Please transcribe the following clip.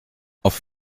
auf